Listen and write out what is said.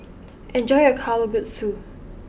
enjoy your Kalguksu